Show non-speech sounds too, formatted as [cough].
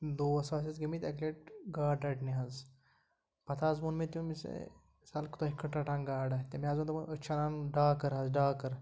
دوس حظ ٲسۍ گٔمٕتۍ اَکہِ لَٹہِ گاڈٕ رَٹنہِ حظ پَتہٕ حظ ووٚن مےٚ تٔمِس [unintelligible] تُہۍ کٔٹۍ رَٹان گاڈٕ تٔمۍ حظ ووٚن دوٚپُن أسۍ چھِ اَنان ڈاکٕر حظ ڈاکٕر